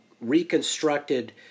reconstructed